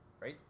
right